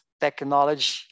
technology